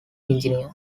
engineer